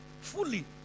fully